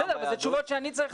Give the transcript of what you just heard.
בסדר, אבל זה תשובות שאני צריך לתת.